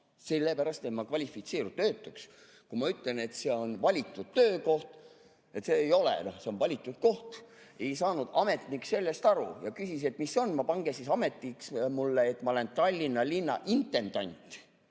Sellepärast ma ei kvalifitseerunud töötuks. Kui ma ütlesin, et see ei ole töökoht, see on valitud koht, siis ei saanud ametnik sellest aru ja küsis, et mis see on. No pange siis ametiks mulle, et ma olen Tallinna linna intendant.